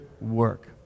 work